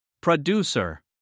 Producer